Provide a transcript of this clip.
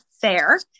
Fair